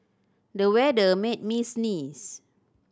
the weather made me sneeze